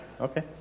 Okay